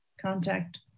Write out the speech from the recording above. contact